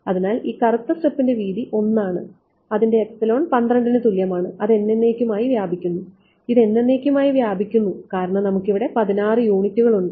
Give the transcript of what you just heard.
അതിനാൽ ഈ കറുത്ത സ്ട്രിപ്പിന്റെ വീതി 1 ആണ് അതിൻറെ എപ്സിലോൺ 12 ന് തുല്യമാണ് അത് എന്നെന്നേക്കുമായി വ്യാപിക്കുന്നു ഇത് എന്നെന്നേക്കുമായി വ്യാപിക്കുന്നു കാരണം നമുക്കിവിടെ 16 യൂണിറ്റുകൾ ഉണ്ട്